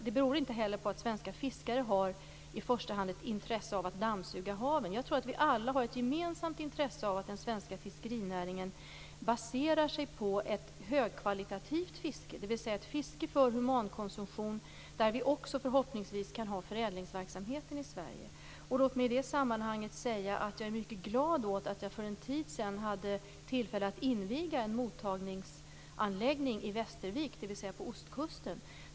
Det beror inte heller på att svenska fiskare i första hand har ett intresse av att dammsuga haven. Jag tror att vi alla har ett gemensamt intresse av att den svenska fiskerinäringen baserar sig på ett högkvalitativt fiske, dvs. ett fiske för humankonsumtion. Vi kan förhoppningsvis också ha förädlingsverksamhet i Sverige. I det sammanhanget vill jag säga att jag är mycket glad åt att jag för en tid sedan hade tillfälle att inviga en mottagningsanläggning i Västervik, dvs. på ostkusten.